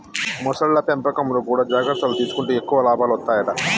మొసళ్ల పెంపకంలో కూడా జాగ్రత్తలు తీసుకుంటే ఎక్కువ లాభాలు వత్తాయట